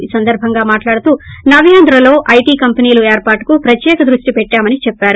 ఈ సందర్భంగా మాట్లాడుతూ నవ్యాంద్రలో ఐటీ కంపెనీలు ఏర్పాటుకు ప్రత్యేక దృష్టి పెట్టామని చెప్పారు